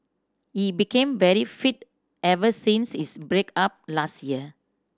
he became very fit ever since his break up last year